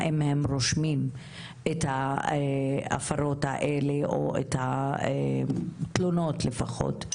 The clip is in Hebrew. האם הם רושמים את ההפרות האלה או את התלונות לפחות.